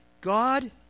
God